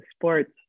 sports